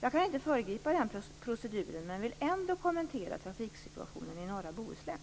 Jag kan inte föregripa den proceduren, men vill ändå kommentera trafiksituationen i norra Bohuslän.